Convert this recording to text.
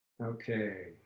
okay